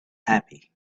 happy